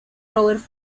robert